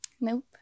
Nope